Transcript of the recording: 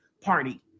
party